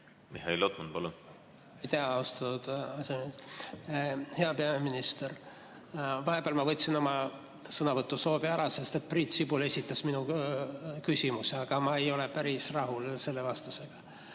aseesimees! Hea peaminister! Vahepeal ma võtsin oma sõnavõtusoovi ära, sest Priit Sibul esitas minu küsimuse. Aga ma ei ole päris rahul selle vastusega.